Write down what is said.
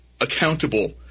accountable